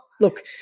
Look